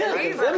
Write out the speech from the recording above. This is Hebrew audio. אבי, לשאלתך,